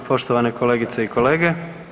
poštovane kolegice i kolege.